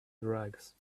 drugs